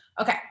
Okay